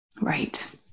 right